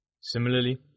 Similarly